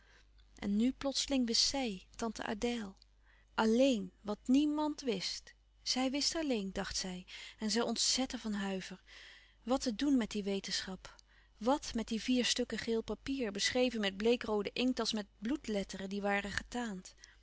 en nu plotseling wist zij tante adèle alléén wat niemand wist zij wist alleen dacht zij en zij ontzette van huiver wat te doen met die wetenschap wat met die vier stukken geel papier beschreven met bleekroode inkt als met bloedletteren die waren getaand